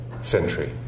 century